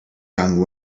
young